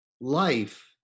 life